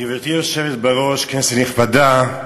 גברתי היושבת בראש, כנסת נכבדה,